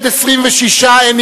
התש"ע 2010,